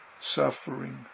suffering